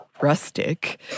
rustic